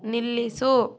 ನಿಲ್ಲಿಸು